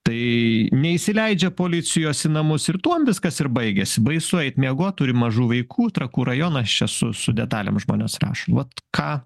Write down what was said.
tai neįsileidžia policijos į namus ir tuom viskas ir baigiasi baisu eit miegot turi mažų vaikų trakų rajonas čia su su detalėm žmonės rašo vat ką